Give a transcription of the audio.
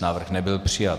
Návrh nebyl přijat.